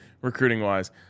recruiting-wise